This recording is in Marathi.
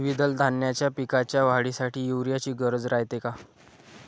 द्विदल धान्याच्या पिकाच्या वाढीसाठी यूरिया ची गरज रायते का?